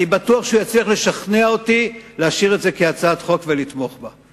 אני בטוח שהוא יצליח לשכנע אותי להשאיר את זה כהצעת חוק ולתמוך בה.